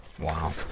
Wow